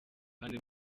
kandi